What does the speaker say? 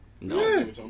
No